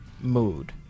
Mood